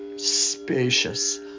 Spacious